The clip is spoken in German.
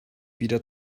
wieder